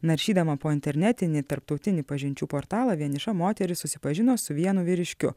naršydama po internetinį tarptautinį pažinčių portalą vieniša moteris susipažino su vienu vyriškiu